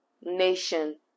nation